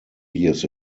years